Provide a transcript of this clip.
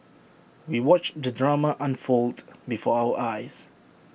we watched the drama unfold before our eyes